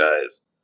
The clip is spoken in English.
guys